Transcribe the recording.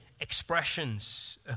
expressions